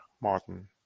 Martin